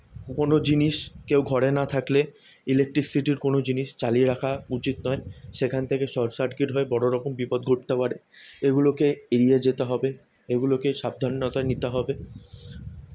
কোনো জিনিস কেউ ঘরে না থাকলে ইলেকট্রিসিটির কোনো জিনিস চালিয়ে রাখা উচিৎ নয় সেখান থেকে শর্ট সার্কিট হয়ে বড়ো রকম বিপদ ঘটতে পারে এগুলোকে এড়িয়ে যেতে হবে এগুলোকে সাবধানতা নিতে হবে